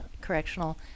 correctional